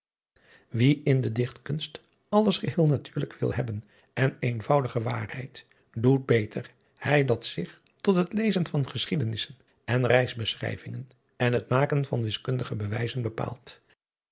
wie in de dichtkunst alles geheel natuurlijk wil hebben en eenvoudige waarheid doet beter hij dat zich tot het lezen van geschiedenissen en reisbeschrijvingen en het maken van wiskundige bewijzen bepaalt